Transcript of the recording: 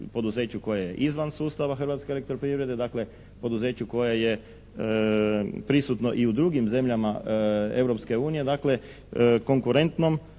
koje je izvan sustava Hrvatske elektroprivrede, poduzeću koje je prisutno i u drugim zemljama Europske unije, konkurentnom